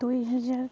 ଦୁଇହଜାର